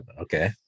okay